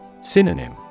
Synonym